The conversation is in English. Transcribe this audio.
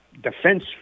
defense